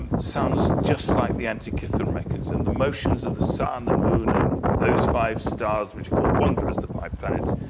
um sounds just like the antikythera mechanism. the motions of the sun and moon and of those five stars which are called wanderers, the five planets.